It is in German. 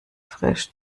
frisch